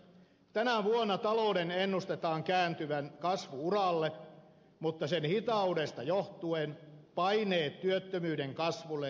tänä vuonna talouden ennustetaan kääntyvän kasvu uralle mutta sen hitaudesta johtuen paineet työttömyyden kasvulle jatkuvat edelleen